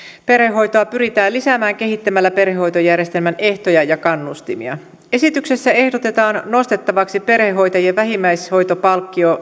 perhehoitoa pyritään lisäämään kehittämällä perhehoitojärjestelmän ehtoja ja kannustimia esityksessä ehdotetaan nostettavaksi perhehoitajien vähimmäishoitopalkkio